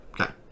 okay